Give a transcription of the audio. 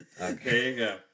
Okay